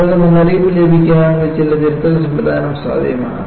നിങ്ങൾക്ക് മുന്നറിയിപ്പ് ലഭിക്കുകയാണെങ്കിൽ ചില തിരുത്തൽ സംവിധാനം സാധ്യമാണ്